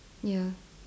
ya